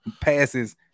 passes